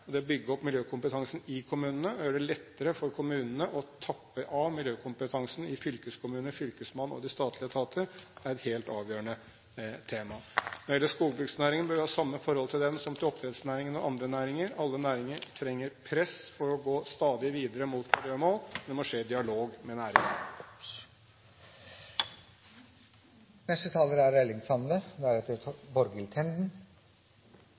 lettere for kommunene å tappe av miljøkompetansen til fylkeskommunen, fylkesmannen og andre statlige etater er et helt avgjørende tema. Når det gjelder skogbruksnæringen, blir forholdet til den det samme som til oppdrettsnæringen og andre næringer. Alle næringer trenger press for å gå stadig videre mot miljømål, men det må skje i dialog med næringen. Det er